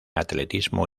atletismo